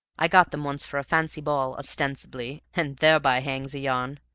i got them once for a fancy ball ostensibly and thereby hangs a yarn.